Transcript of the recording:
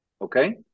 Okay